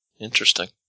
Interesting